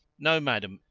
no, madam.